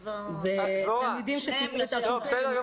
תלמידים שסיימו בתש"ף --- דבורה,